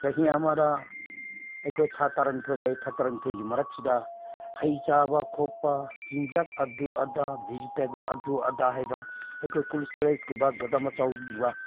ꯆꯍꯤ ꯑꯃꯗ ꯑꯩꯈꯣꯏ ꯊꯥ ꯇꯔꯥꯅꯤꯊꯣꯏ ꯂꯩ ꯊꯥ ꯇꯔꯥꯅꯤꯊꯣꯏꯒꯤ ꯃꯔꯛꯁꯤꯗ ꯍꯩ ꯆꯥꯕ ꯈꯣꯠꯄ ꯆꯤꯟꯖꯥꯛ ꯑꯗꯨ ꯑꯗꯥ ꯚꯤꯖꯤꯇꯦꯕꯜ ꯑꯗꯨ ꯑꯗꯥ ꯍꯥꯏꯕ ꯑꯩꯈꯣꯏ ꯀꯣꯜ ꯏꯁꯇꯣꯔꯦꯖꯀꯨꯝꯕ ꯒꯣꯗꯥꯎꯟ ꯃꯆꯥꯒꯨꯝꯕ